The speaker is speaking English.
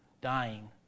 dying